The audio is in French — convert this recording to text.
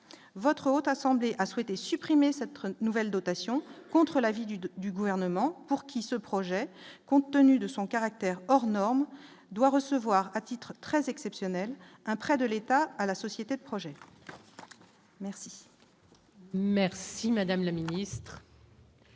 votre haute assemblée a souhaité supprimer cette nouvelle dotation contre l'avis du de du gouvernement pour qui ce projet contenu de son caractère hors norme doit recevoir à titre très exceptionnel, un prêt de l'État à la société de projet. Merci madame la milice.